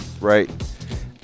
right